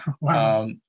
Wow